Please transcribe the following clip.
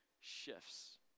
shifts